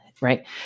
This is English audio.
right